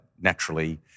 naturally